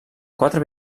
quatre